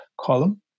column